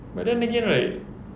but then again right